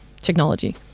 technology